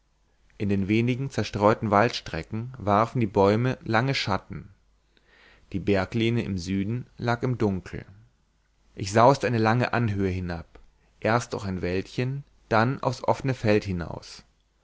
in den wenigen zerstreuten waldstrecken warfen die bäume lange schatten die berglehne im süden lag im dunkel ich sauste eine lange anhöhe hinab erst durch ein wäldchen dann aufs offene feld hinaus